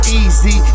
easy